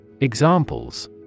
examples